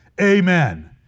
Amen